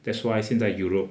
that's why 现在 europe